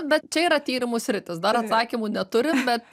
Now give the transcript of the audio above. bet čia yra tyrimų sritis dar atsakymų neturim bet